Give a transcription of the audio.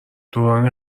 دوران